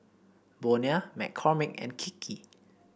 Bonia McCormick and Kiki